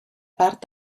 part